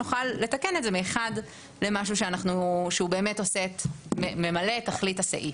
נוכל לתקן את זה מאחד למשהו שממלא באמת את תכלית הסעיף.